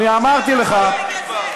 הייתי כבר.